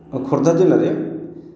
ଆମ ଖୋର୍ଦ୍ଧା ଜିଲ୍ଲାରେ